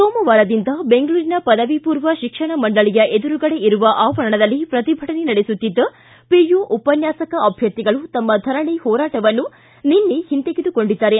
ಸೋಮವಾರದಿಂದ ಬೆಂಗಳೂರಿನ ಪದವಿಪೂರ್ವ ಶಿಕ್ಷಣ ಮಂಡಳಿಯ ಎದುರುಗಡೆ ಇರುವ ಆವರಣದಲ್ಲಿ ಪ್ರತಿಭಟನೆ ಧರಣಿ ನಡೆಸುತ್ತಿದ್ದ ಪಿಯು ಉಪನ್ಯಾಸಕ ಅಭ್ಯರ್ಥಿಗಳು ತಮ್ನ ಧರಣಿ ಹೋರಾಟವನ್ನು ನಿನ್ನೆ ಹಿಂತೆಗೆದುಕೊಂಡಿದ್ದಾರೆ